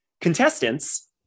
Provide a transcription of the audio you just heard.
Contestants